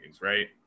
right